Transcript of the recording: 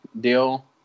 deal